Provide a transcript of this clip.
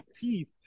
teeth